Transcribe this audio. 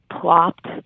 plopped